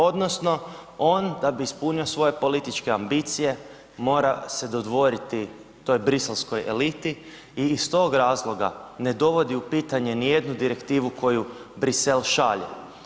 Odnosno on da bi ispunio svoje političke ambicije mora se dodvoriti toj briselskoj eliti i iz tog razloga ne dovodi u pitanje ni jednu direktivu koju Brisel šalje.